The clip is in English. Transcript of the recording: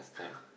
pass time